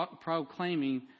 proclaiming